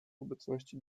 obecności